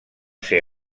ser